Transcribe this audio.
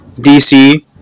DC